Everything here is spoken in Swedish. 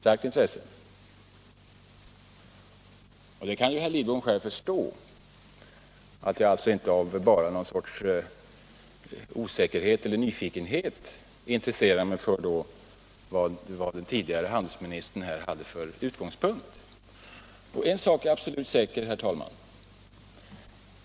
Herr Lidbom kan ju själv förstå att det alltså inte bara är av någon sorts osäkerhet eller nyfikenhet som jag då intresserar mig för vad den tidigare handelsministern här hade för utgångspunkt. En sak är absolut säker, herr talman.